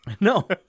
No